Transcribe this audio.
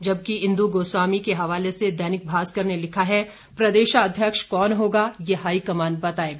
जबकि इंदुगोस्वामी के हवाले से दैनिक भासकर ने लिखा है प्रदेशाध्यक्ष कौन होगा यह हाईकमान बताएगा